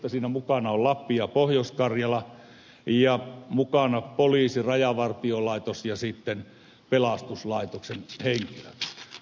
siinä mukana ovat lappi ja pohjois karjala ja mukana poliisi rajavartiolaitos ja sitten pelastuslaitoksen henkilöt